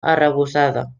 arrebossada